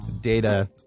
data